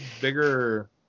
bigger